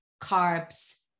carbs